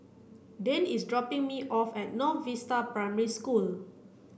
Dane is dropping me off at North Vista Primary School